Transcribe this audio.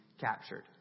captured